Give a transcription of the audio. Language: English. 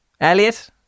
Elliot